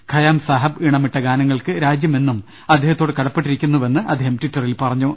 ഖയാം സാഹേബ് ഈണമിട്ട ഗാനങ്ങൾക്ക് രാജ്യമെന്നും അദ്ദേഹത്തോട് കട പ്പെട്ടിരിക്കുന്നുവെന്ന് അദ്ദേഹം ടിറ്ററിൽ പറഞ്ഞു